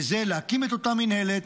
וזה להקים את אותה מינהלת,